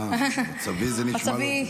אה, "מצבי" זה נשמע לא טוב.